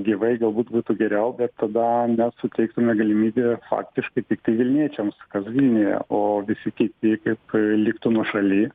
gyvai galbūt būtų geriau bet tada mes suteiktume galimybę faktiškai tik tik vilniečiams kas vilniuje o visi kiti kaip liktų nuošaly